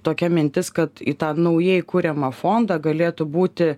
tokia mintis kad į tą naujai kuriamą fondą galėtų būti